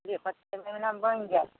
जे पाँच छओ महिनामे बनि जाएत